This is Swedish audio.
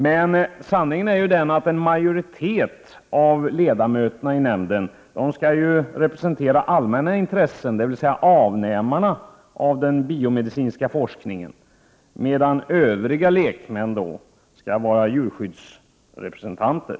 Men sanningen är den att en majoritet av ledamöterna i nämnden skall ju representera allmänna intressen, dvs. avnämarna av den biomedicinska forskningen, medan övriga lekmän skall vara djurskyddsrepresentanter.